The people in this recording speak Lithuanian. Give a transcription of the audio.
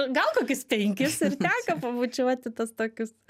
gal kokius penkis ir teko pabučiuoti tuos tokius